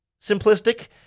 simplistic